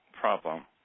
problem